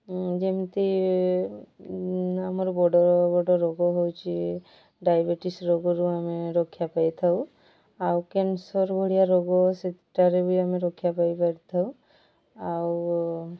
ଯେମିତି ଆମର ବଡ଼ ବଡ଼ ରୋଗ ହେଉଛି ଡାଇବେଟିସ୍ ରୋଗରୁ ଆମେ ରକ୍ଷା ପାଇଥାଉ ଆଉ କ୍ୟାନ୍ସର୍ ଭଳିଆ ରୋଗ ସେଇଟାରେ ବି ଆମେ ରକ୍ଷା ପାଇପାରିଥାଉ ଆଉ